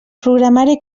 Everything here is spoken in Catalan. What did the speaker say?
programari